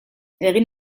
egin